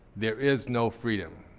there is no freedom.